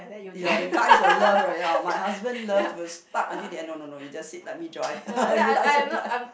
ya the guys would love right ya my husband loves was stuck until then no no no you just sit let me drive he likes to drive